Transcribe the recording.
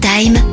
Time